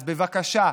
אז בבקשה,